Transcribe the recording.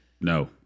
No